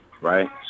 right